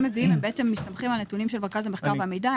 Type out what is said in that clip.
מביאים מסתמכים על נתונים של מרכז המחקר והמידע?